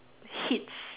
hits